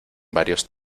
varios